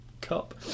Cup